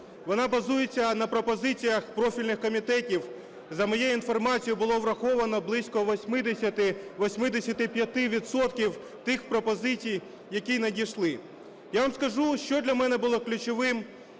Вона базується на пропозиціях профільних комітетів. За моєю інформацією, було враховано близько 80-85 відсотків тих пропозицій, які надійшли. Я вам скажу, що для мене було ключовим